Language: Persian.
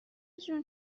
جون